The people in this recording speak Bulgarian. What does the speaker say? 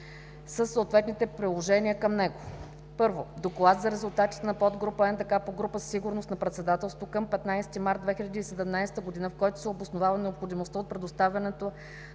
със съответните приложения към него: - Доклад за резултатите на подгрупа „НДК“ по група „Сигурност на Председателството“ към 15 март 2017 г., в който се обосновава необходимостта от предоставянето